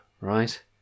right